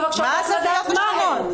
מה הזוויות השונות?